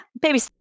baby